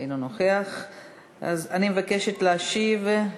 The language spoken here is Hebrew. אני מבקשת להשיב,